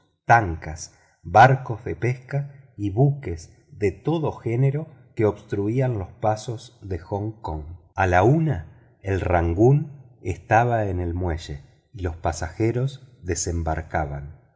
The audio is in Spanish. tankas barcos de pesca y buques de todo género que obstruían los pasos de hong kong a la una el rangoon estaba en el muelle y los pasajeros desembarcaron en